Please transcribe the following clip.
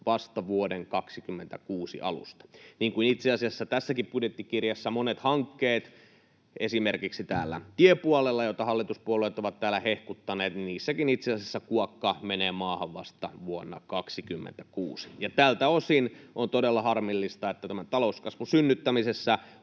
vasta vuoden 26 alusta — niin kuin itse asiassa monessa tämänkin budjettikirjan hankkeessa esimerkiksi täällä tiepuolella, jota hallituspuolueet ovat täällä hehkuttaneet, itse asiassa kuokka menee maahan vasta vuonna 26. Tältä osin on todella harmillista, että talouskasvun synnyttämisessä